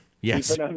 Yes